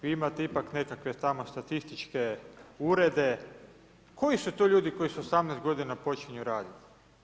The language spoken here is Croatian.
Vi imate ipak nekakve tamo statističke urede, koji su to ljudi koji s 18 godina počinju radit?